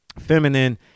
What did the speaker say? feminine